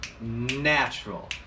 natural